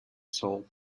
salt